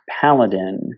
paladin